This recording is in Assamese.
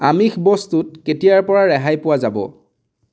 আমিষ বস্তুত কেতিয়াৰ পৰা ৰেহাই পোৱা যাব